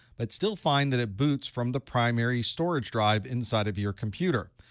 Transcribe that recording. but still find that it boots from the primary storage drive inside of your computer.